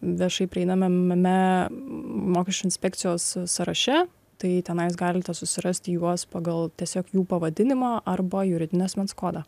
viešai prieinamame mokesčių inspekcijos sąraše tai tenai galite susirasti juos pagal tiesiog jų pavadinimo arba juridinio asmens kodą